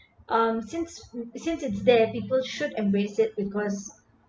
um since since it's their people should embrace it with because